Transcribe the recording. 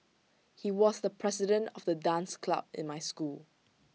he was the president of the dance club in my school